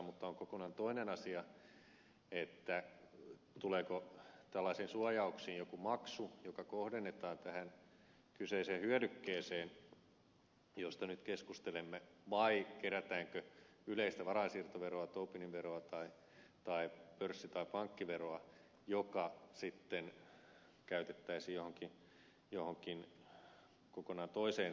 mutta on kokonaan toinen asia tuleeko tällaisiin suojauksiin joku maksu joka kohdennetaan tähän kyseiseen hyödykkeeseen mistä nyt keskustelemme vai kerätäänkö yleistä varainsiirtoveroa tobinin veroa tai pörssi tai pankkiveroa joka sitten käytettäisiin johonkin kokonaan toiseen tarkoitukseen